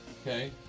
Okay